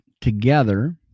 together